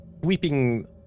weeping